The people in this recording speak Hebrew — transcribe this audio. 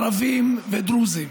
ערבים ודרוזים,